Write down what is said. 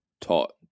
taught